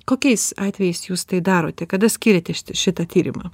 kokiais atvejais jūs tai darote kada skiriate šitą tyrimą